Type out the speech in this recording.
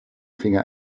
finger